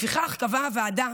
לפיכך קבעה הוועדה